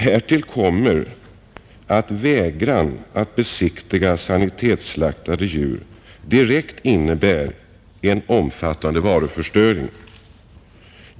Härtill kommer att vägran att besiktiga sanitetsslaktade djur direkt innebär en omfattande varuförstöring.